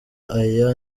aya